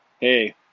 hey